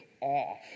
off